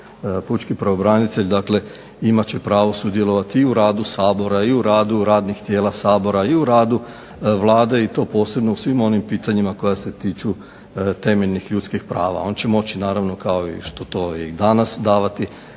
Pučki pravobranitelj dakle imat će pravo sudjelovati i u radu Sabora i u radu radnih tijela Sabora i u radu Vlade i to posebno u svim onim pitanjima koja se tiču temeljnih ljudskih prava. On će moći naravno, kao što je to i danas, davati